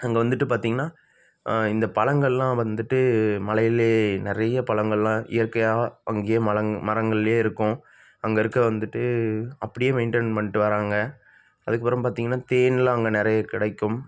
அங்கே வந்துட்டுப் பார்த்தீங்கன்னா இந்த பழங்கெல்லாம் வந்துட்டு மலையிலே நிறைய பழங்கெல்லாம் இயற்கையாக அங்கேயே மலைங் மரங்கள்லேயே இருக்கும் அங்கே இருக்க வந்துட்டு அப்படியே மெயின்டைன் பண்ணிட்டு வர்றாங்க அதுக்கப்புறம் பார்த்தீங்கன்னா தேனெல்லாம் அங்கே நிறைய கிடைக்கும்